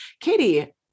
Katie